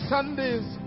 Sunday's